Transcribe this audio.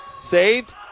Saved